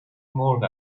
مرغ